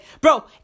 Bro